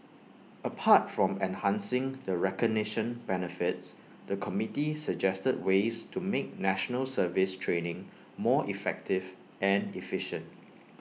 apart from enhancing the recognition benefits the committee suggested ways to make National Service training more effective and efficient